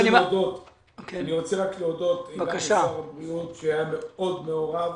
אני רוצה רק להודות גם לשר הבריאות שהיה מאוד מעורב,